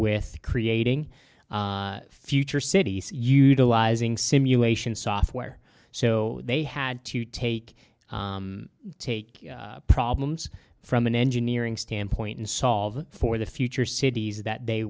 with creating future cities utilizing simulation software so they had to take take problems from an engineering standpoint and solve for the future cities that